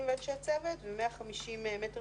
תלמידים ואנשי צוות, ו-150 מ"ר